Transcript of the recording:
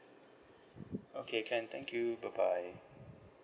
okay can thank you bye bye